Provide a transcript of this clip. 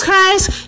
Christ